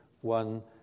one